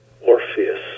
Orpheus